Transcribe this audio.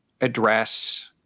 address